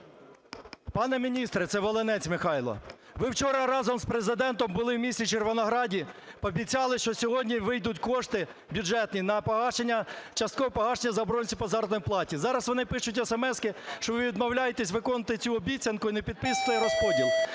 Пане міністре, це Волинець Михайло. Ви вчора разом з Президентом були у місті Червонограді, пообіцяли, що сьогодні вийдуть кошти бюджетні на часткове погашення заборгованості по заробітній платі. Зараз вони пишуть есемески, що ви відмовляєтесь виконувати цю обіцянку і не підписуєте розподіл.